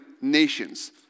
nations